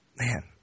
man